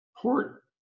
port